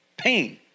Pain